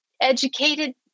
educated